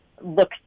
look